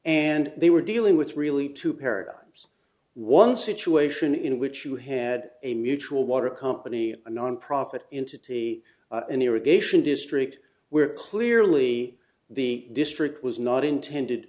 and they were dealing with really two paradigms one situation in which you had a mutual water company a nonprofit entity an irrigation district where clearly the district was not intended